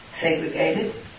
segregated